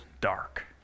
dark